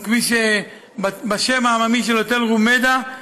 או בשם העממי שלו תל רומיידה,